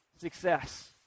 success